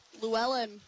Llewellyn